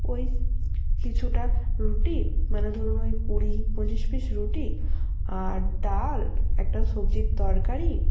ওই কিছুটা রুটি মানে ধরুন ওই কুড়ি পঁচিশ পিস রুটি আর ডাল একটা সবজির তরকারি